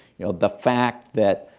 you know, the fact that,